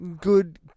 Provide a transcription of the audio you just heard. good